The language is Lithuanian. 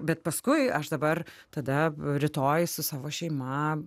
bet paskui aš dabar tada rytoj su savo šeima